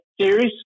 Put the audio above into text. series